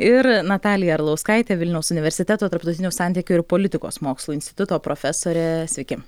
ir natalija arlauskaitė vilniaus universiteto tarptautinių santykių ir politikos mokslų instituto profesorė sveiki